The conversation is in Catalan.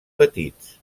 petits